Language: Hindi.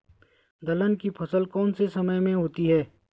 दलहन की फसल कौन से समय में होती है?